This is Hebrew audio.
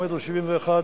התשע"א